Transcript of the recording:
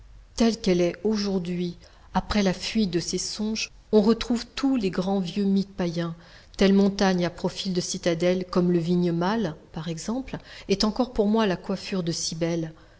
telle qu'elle est aujourd'hui après la fuite de ces songes on retrouve tous les grands vieux mythes païens telle montagne à profil de citadelle comme le vignemale par exemple est encore pour moi la coiffure de